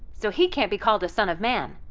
so he can't be called the son of man.